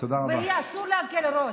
ויהיה אסור להקל ראש.